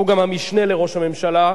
שהוא גם המשנה לראש הממשלה,